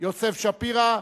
יוסף שפירא,